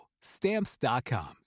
Stamps.com